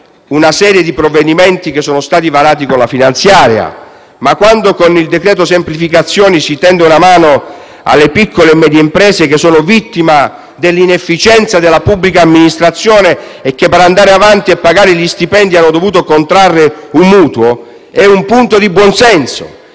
una serie di provvedimenti che sono stati varati con la finanziaria. Ma, quando con il decreto semplificazioni si tende una mano alle piccole e medie imprese vittima dell'inefficienza della pubblica amministrazione, le quali per andare avanti e pagare gli stipendi hanno dovuto contrarre un mutuo, questo è un punto di buon senso;